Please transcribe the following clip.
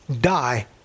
die